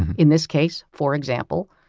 in this case, for example,